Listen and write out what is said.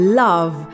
love